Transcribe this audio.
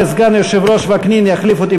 וסגן היושב-ראש וקנין יחליף אותי,